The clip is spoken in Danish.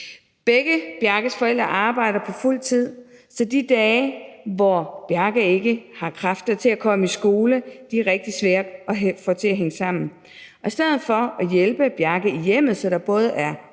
Begge Bjarkes forældre arbejder på fuld tid, så de dage, hvor Bjarke ikke har kræfter til at komme i skole, er rigtig svære at få til at hænge sammen. I stedet for at hjælpe Bjarke i hjemmet, så der både er